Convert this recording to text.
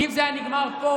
אם זה היה נגמר פה,